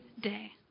day